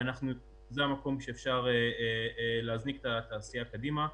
וזה המקום שאפשר להזניק את התעשייה קדימה.